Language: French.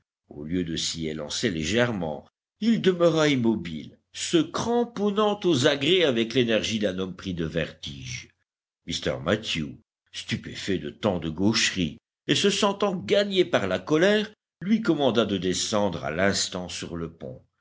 au lieu de s'y élancer légèrement il demeura immobile se cramponnant aux agrès avec l'énergie d'un homme pris de vertige mr mathew stupéfait de tant de gaucheries et se sentant gagné par la colère lui commanda de descendre à l'instant sur le pont